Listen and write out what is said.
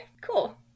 cool